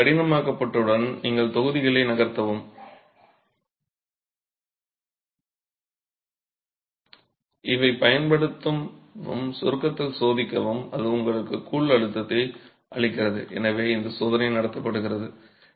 பின்னர் அது கடினமாக்கப்பட்டவுடன் நீங்கள் தொகுதிகளை நகர்த்தவும் இதைப் பயன்படுத்தவும் சுருக்கத்தில் சோதிக்கவும் அது உங்களுக்கு கூழ் அழுத்தத்தை அளிக்கிறது எனவே இந்த சோதனை நடத்தப்படுகிறது